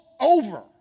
over